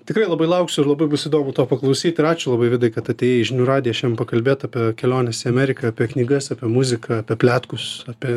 tikrai labai lauksiu ir labai bus įdomu to paklausyt ir ačiū labai vidai kad atėjai į žinių radiją šian pakalbėt apie keliones į ameriką apie knygas apie muziką apie pletkus apie